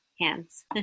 hands